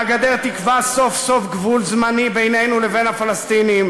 והגדר תקבע סוף-סוף גבול זמני בינינו לבין הפלסטינים,